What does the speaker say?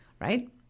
Right